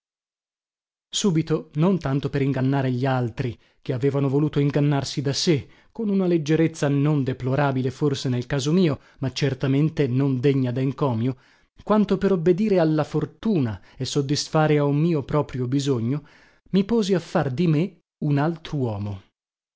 subito non tanto per ingannare gli altri che avevano voluto ingannarsi da sé con una leggerezza non deplorabile forse nel caso mio ma certamente non degna dencomio quanto per obbedire alla fortuna e soddisfare a un mio proprio bisogno mi posi a far di me un altruomo poco